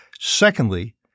Secondly